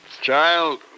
Child